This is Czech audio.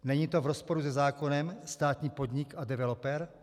Není to v rozporu se zákonem státní podnik a developer?